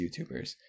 youtubers